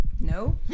No